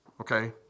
okay